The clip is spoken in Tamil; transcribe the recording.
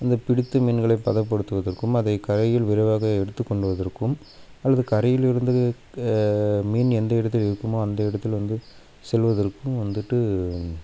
இந்த பிடித்த மீன்களைப் பதப்படுத்துவதற்கும் அதைக் கரையில் விரைவாக எடுத்துக் கொண்டு வருவதற்கும் அல்லது கரையிலிருந்து க மீன் எந்த இடத்தில் இருக்குமோ அந்த இடத்தில் வந்து செல்வதற்கும் வந்துவிட்டு